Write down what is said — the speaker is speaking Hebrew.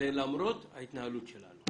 זה למרות ההתנהלות שלנו.